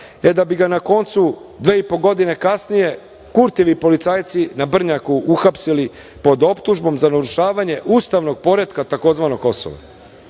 Da bi ga na koncu dve i po godine kasnije Kurtijevi policajci na Brnjaku uhapsili pod optužbom za narušavanje Ustavnog poretka tzv. Kosova.O